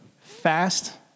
fast